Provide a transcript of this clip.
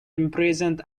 imprisoned